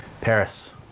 paris